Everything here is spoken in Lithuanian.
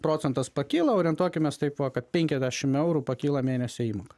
procentas pakilo orientuokimės taip va kad penkiasdešimt eurų pakyla mėnesio įmoką